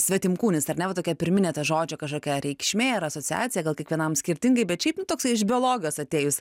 svetimkūnis ar ne va tokia pirminė to žodžio kažkokia reikšmė ir asociacija gal kiekvienam skirtingai bet šiaip nu toksai iš biologijos atėjus